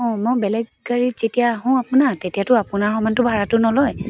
অঁ মই বেলেগ গাড়ীত যেতিয়া আহোঁ আপোনাৰ তেতিয়াতো আপোনাৰ সমানতো ভাৰাটো নলয়